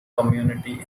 community